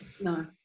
No